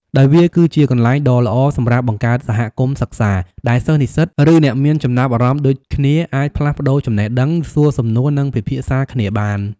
ដោយវាគឺជាកន្លែងដ៏ល្អសម្រាប់បង្កើតសហគមន៍សិក្សា ដែលសិស្ស និស្សិត ឬអ្នកមានចំណាប់អារម្មណ៍ដូចគ្នាអាចផ្លាស់ប្តូរចំណេះដឹង សួរសំណួរ និងពិភាក្សាគ្នាបាន។